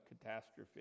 catastrophe